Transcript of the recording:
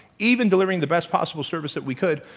even delivering the best possible service that we could,